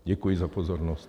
Děkuji za pozornost.